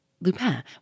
Lupin